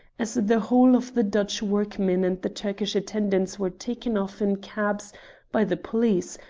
as the whole of the dutch workmen and the turkish attendants were taken off in cabs by the police,